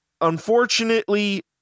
unfortunately